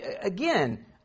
again